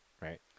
Right